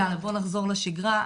יאללה בוא נחזור לשגרה,